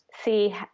see